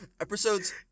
Episodes